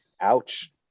ouch